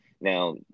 Now